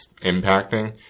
impacting